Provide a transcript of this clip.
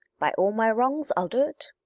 by all my wrongs i'll do't.